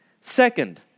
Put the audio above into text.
Second